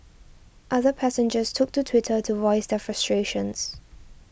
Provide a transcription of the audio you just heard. other passengers took to Twitter to voice their frustrations